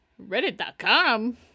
reddit.com